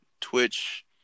Twitch